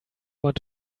want